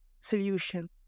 solution